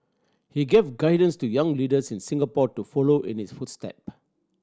he gave guidance to young leaders in Singapore to follow in his footstep